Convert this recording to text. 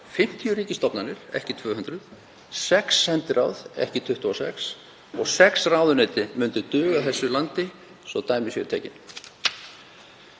50 ríkisstofnanir, ekki 200, sex sendiráð, ekki 26, og sex ráðuneyti myndu duga þessu landi svo að dæmi séu tekin.